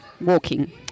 walking